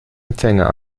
empfänger